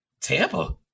Tampa